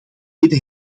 reden